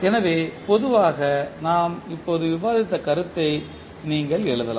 எனவே பொதுவாக நாம் இப்போது விவாதித்த கருத்தை நீங்கள் எழுதலாம்